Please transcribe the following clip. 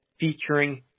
featuring